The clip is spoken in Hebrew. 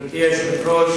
גברתי היושבת-ראש,